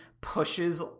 pushes